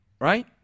right